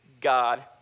God